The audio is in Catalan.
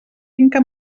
finca